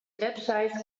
website